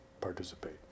participate